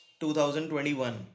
2021